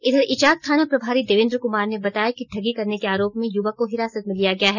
इधर इचाक थाना प्रभारी देवेन्द्र कमार ने बताया कि ठंगी करने के आरोप में युवक को हिरासत में लिया गया है